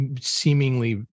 seemingly